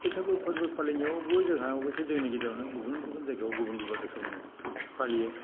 बैसागु फोरबो फालिनायावबो जोंहा अबयस्से जोंनि गेजेरावनो गुबुन गुबुन जायगायाव गुबुन गुबुन रोखोमनि फालियो